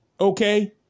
Okay